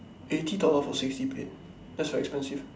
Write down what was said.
eighty dollar for sixty plate that's very expensive